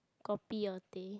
kopi or teh